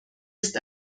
ist